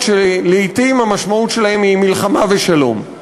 שלעתים המשמעות שלהן היא מלחמה ושלום.